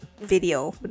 video